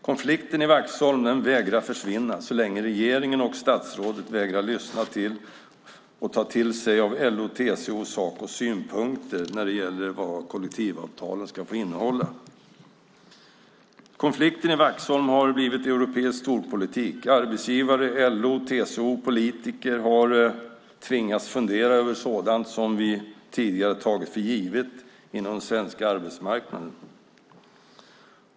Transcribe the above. Konflikten i Vaxholm vägrar försvinna så länge regeringen och statsrådet vägrar lyssna till och ta till sig av LO:s, TCO:s och Sacos synpunkter när det gäller vad kollektivavtalen ska få innehålla. Konflikten i Vaxholm har blivit europeisk storpolitik. Arbetsgivare, LO, TCO och politiker har tvingats fundera över sådant som vi tidigare har tagit för givet inom den svenska arbetsmarknaden.